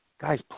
Guys